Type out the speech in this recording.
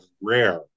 rare